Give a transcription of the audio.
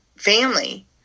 family